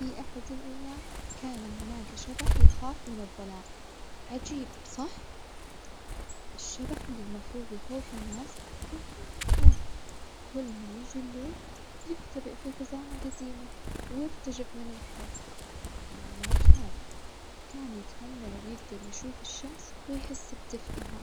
في أحد الأيام كان هناك شبح يخاف من الظلام، عجيب صح؟ الشبح اللي المفروظ يخوف الناس كان هو اللي يخاف كل ما ييجي الليل يختبئ في خزانة جديمة ويرتجف من الخوف يا الله وش هذا؟ كان يتمنى لو يجدر يشوف الشمس ويحس بدفئها.